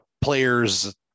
players